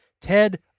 Ted